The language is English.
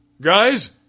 Guys